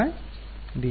d dy